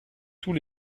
tous